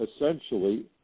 essentially